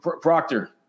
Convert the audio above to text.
Proctor